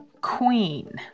Queen